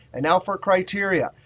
and now, for criteria.